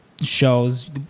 shows